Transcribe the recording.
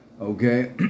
Okay